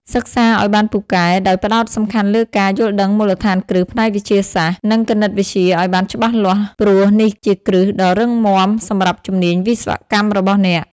សិក្សាឲ្យបានពូកែ ដោយផ្តោតសំខាន់លើការ យល់ដឹងមូលដ្ឋានគ្រឹះផ្នែកវិទ្យាសាស្ត្រ និងគណិតវិទ្យាឲ្យបានច្បាស់លាស់ព្រោះនេះជាគ្រឹះដ៏រឹងមាំសម្រាប់ជំនាញវិស្វកម្មរបស់អ្នក។